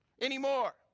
anymore